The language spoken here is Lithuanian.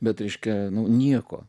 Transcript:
bet reiškia nu nieko